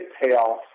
payoff